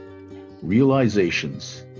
realizations